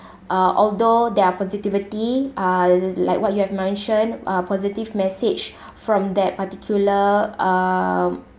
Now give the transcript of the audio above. uh although there are positivity uh as in like what you have mentioned uh positive message from that particular uh